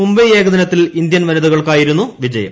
മുംബൈ ഏകദിനത്തിൽ ഇന്ത്യൻ വനിതകൾക്കായിരുന്നു വിജയം